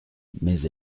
mais